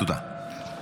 תודה.